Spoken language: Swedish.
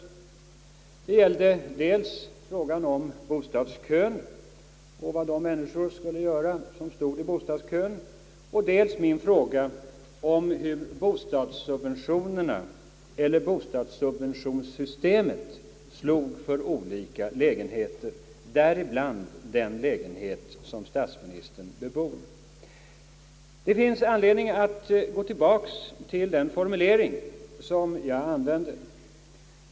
Det gällde dels frågan om bostadskön och vad de människor skulle göra som stod i den kön, dels min fråga hur bostadssubventionssystemet verkade för olika lägenheter, däribland den lägenhet som statsministern bebor. Det finns anledning att gå tillbaka till den formulering som jag använde.